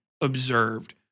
observed